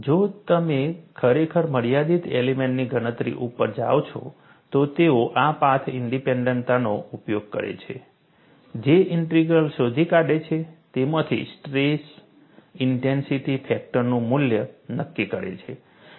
જો તમે ખરેખર મર્યાદિત એલિમેન્ટની ગણતરી ઉપર જાઓ છો તો તેઓ આ પાથ ઇન્ડીપેન્ડન્ટતાનો ઉપયોગ કરે છે J ઇન્ટિગ્રલ શોધી કાઢે છે તેમાંથી સ્ટ્રેસ ઇન્ટેન્સિટી ફેક્ટરનું મૂલ્ય નક્કી કરે છે